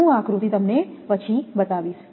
હું આકૃતિ તમને પછી બતાવીશ